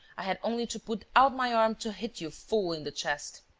i had only to put out my arm to hit you full in the chest.